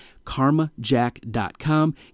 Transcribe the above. Karmajack.com